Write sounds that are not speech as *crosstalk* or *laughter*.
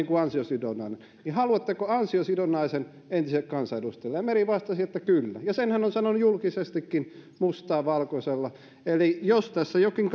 *unintelligible* kuin ansiosidonnainen niin haluatteko ansiosidonnaisen entisille kansanedustajille ja meri vastasi kyllä ja sen hän on sanonut julkisestikin mustaa valkoisella eli jos tässä jokin *unintelligible*